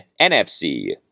NFC